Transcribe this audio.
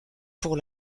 pour